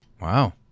Wow